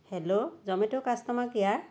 hello Zomato customer care